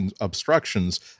Obstructions